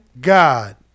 God